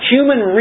Human